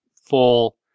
full